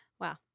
Wow